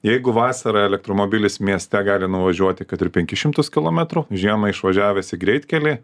jeigu vasarą elektromobilis mieste gali nuvažiuoti kad ir penkis šimtus kilometrų žiemą išvažiavęs į greitkelį